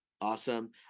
Awesome